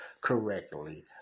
correctly